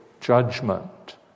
judgment